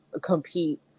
compete